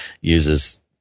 uses